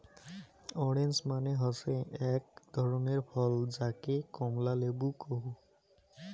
orange মানে হসে আক ধরণের ফল যাকে কমলা লেবু কহু